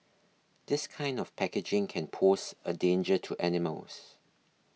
this kind of packaging can pose a danger to animals